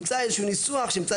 שנמצא בפרק ד'